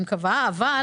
במקביל,